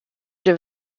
der